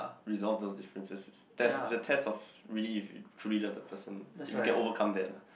resolve those difference that's the test of really if you truly love that person if you can overcome that lah